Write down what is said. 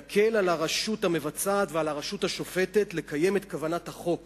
יקל על הרשות המבצעת ועל הרשות השופטת לקיים את כוונת החוק.